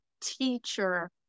teacher